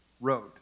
road